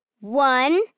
One